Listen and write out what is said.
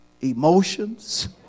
emotions